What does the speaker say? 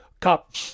Cop